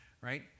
right